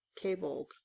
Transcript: cabled